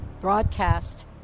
broadcast